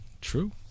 true